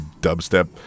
dubstep